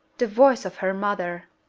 the voice of her mother!